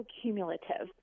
cumulative